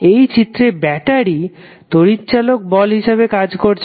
এই চিত্রেব্যাটারি তড়িৎ চালক বল হিসাবে কাজ করছে